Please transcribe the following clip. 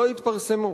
לא התפרסמו.